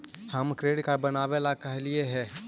हम credit card बनावे ला कहलिऐ हे?